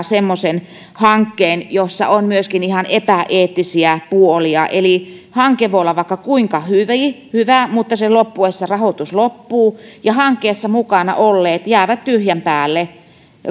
semmoisen hankkeen jossa on myöskin ihan epäeettisiä puolia eli hanke voi olla vaikka kuinka hyvä hyvä mutta sen loppuessa rahoitus loppuu ja hankkeessa mukana olleet jäävät tyhjän päälle